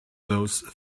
those